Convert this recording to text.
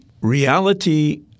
reality